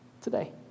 Today